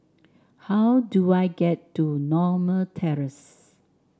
how do I get to Norma Terrace